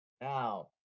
Now